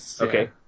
Okay